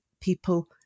people